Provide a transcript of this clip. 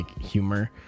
humor